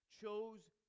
chose